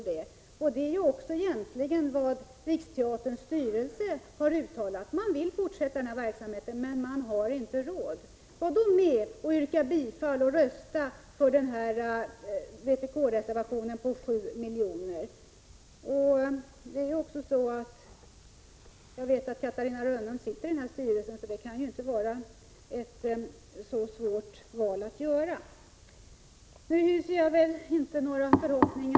Det här är egentligen också vad Riksteaterns styrelse har uttalat: man vill fortsätta verksamheten, men man har inte råd. Var då med och yrka bifall till och rösta på denna vpk-reservation med förslag om 7 miljoner. Jag vet att Catarina Rönnung sitter i Riksteaterns styrelse, så det kan inte vara ett så svårt val att göra.